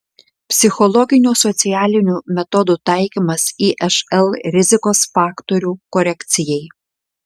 psichologinių socialinių metodų taikymas išl rizikos faktorių korekcijai